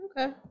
Okay